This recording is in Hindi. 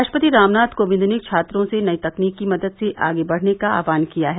राष्ट्रपति रामनाथ कोविंद ने छात्रों से नई तकनीक की मदद से आगे बढ़ने का आहवान किया है